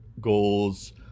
goals